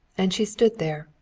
and she stood there,